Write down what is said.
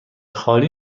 خالی